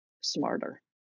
smarter